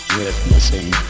witnessing